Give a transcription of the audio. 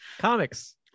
comics